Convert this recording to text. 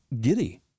giddy